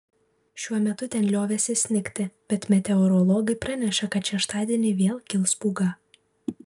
šiuo metu ten liovėsi snigti bet meteorologai praneša kad šeštadienį vėl kils pūga